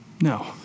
No